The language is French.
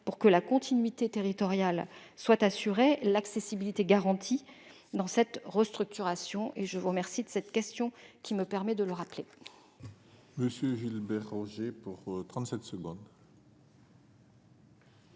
pour que la continuité territoriale soit assurée et l'accessibilité garantie dans cette restructuration. Je vous remercie de m'avoir posé cette question qui me permet de le rappeler.